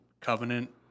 Covenant